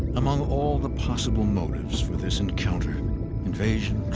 among all the possible motives for this encounter invasion,